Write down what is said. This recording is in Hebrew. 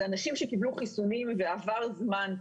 האנשים שקיבלו חיסונים ועבר זמן,